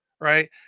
right